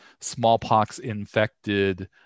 smallpox-infected